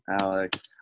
Alex